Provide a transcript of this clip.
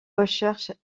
recherche